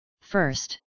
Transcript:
first